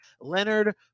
Leonard